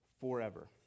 forever